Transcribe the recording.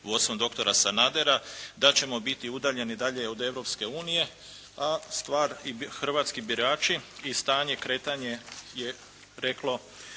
vodstvom doktora Sanadera da ćemo biti udaljeni dalje od Europske unije a stvar i hrvatski birači i stanje kretanje je reklo